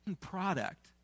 product